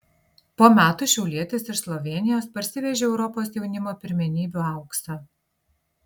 po metų šiaulietis iš slovėnijos parsivežė europos jaunimo pirmenybių auksą